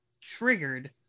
triggered